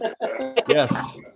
Yes